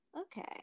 Okay